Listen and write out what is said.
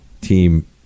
team